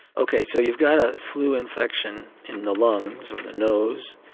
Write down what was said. okay, so you've got a flu infection in the lungs or the nose,